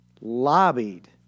lobbied